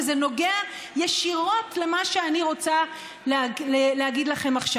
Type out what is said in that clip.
וזה נוגע ישירות למה שאני רוצה להגיד לכם עכשיו.